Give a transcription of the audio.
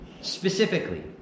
Specifically